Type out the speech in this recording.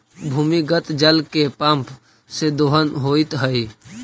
भूमिगत जल के पम्प से दोहन होइत हई